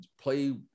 play